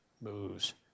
moves